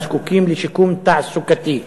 הזקוקים לשיקום תעסוקתי.